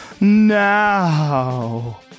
now